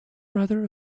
brother